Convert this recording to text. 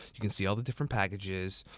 you can see all the different packages,